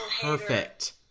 perfect